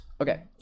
Okay